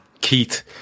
Keith